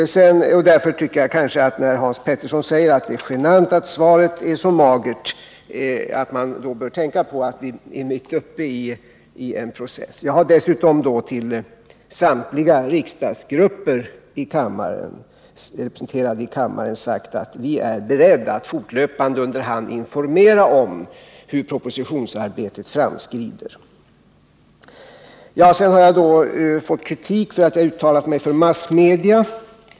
När Hans Petersson säger att det är genant att svaret är så magert tycker jag att han bör tänka på att vi är mitt inne i en process. Jag har dessutom sagt till samtliga riksdagsgrupper att vi är beredda att fortlöpande informera om hur propositionsarbetet framskrider. Jag har fått kritik för att jag har uttalat mig för massmedia.